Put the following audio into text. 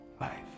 life